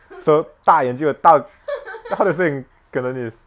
so 大眼鸡 the 大 how do you say in cantonese